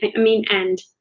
i mean and,